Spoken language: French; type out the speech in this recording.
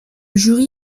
jury